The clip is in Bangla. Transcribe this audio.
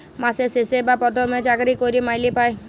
মাসের শেষে বা পথমে চাকরি ক্যইরে মাইলে পায়